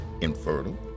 infertile